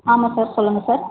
ஆமாம் சார் சொல்லுங்கள் சார்